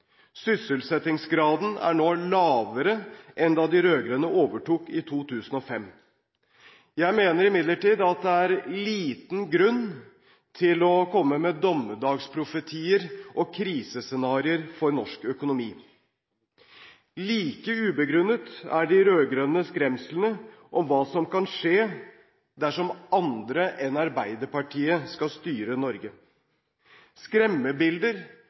Sysselsettingsgraden er nå lavere enn da de rød-grønne overtok i 2005. Jeg mener imidlertid at det er liten grunn til å komme med dommedagsprofetier og krisescenarioer for norsk økonomi. Like ubegrunnet er de rød-grønne skremslene om hva som kan skje dersom andre enn Arbeiderpartiet skal styre Norge. Skremmebilder